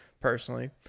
personally